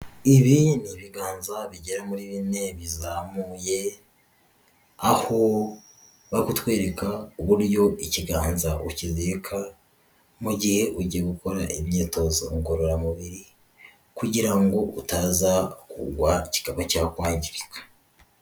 Ibi ni ibiganza bigera muri bine bizamuye, aho bari kutwereka uburyo ikiganza ukizirika, mu gihe ugiye gukora imyitozo ngororamubiri, kugira ngo utaza kugwa kikaba cyakwangirika.